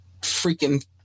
freaking